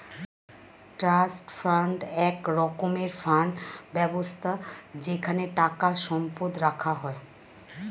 trust fund এক রকমের fund ব্যবস্থা যেখানে টাকা সম্পদ রাখা হয়